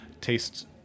tastes